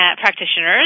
Practitioners